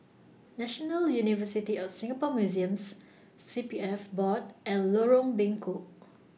National University of Singapore Museums C P F Board and Lorong Bengkok